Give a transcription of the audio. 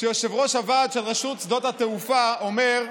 כשיושב-ראש הוועד של רשות שדות התעופה אומר: